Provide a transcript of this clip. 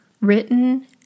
Written